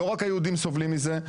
לא רק היהודים סובלים מזה,